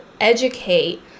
educate